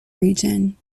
region